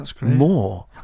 more